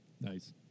Nice